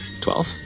Twelve